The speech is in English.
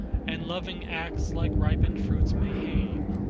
and loving acts like ripened fruits may hang.